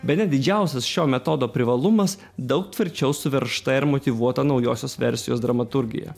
bene didžiausias šio metodo privalumas daug tvirčiau suveržta ir motyvuota naujosios versijos dramaturgija